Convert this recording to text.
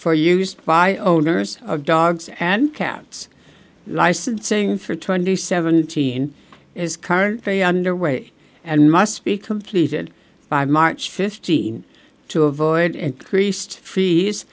for use by owners of dogs and cats licensing for twenty seventeen is currently underway and must be completed by march fifteenth to avoid increased fees